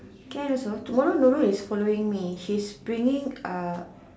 can also tomorrow Nurul is following me she's bringing uh